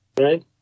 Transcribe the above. right